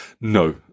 No